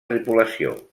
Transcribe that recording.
tripulació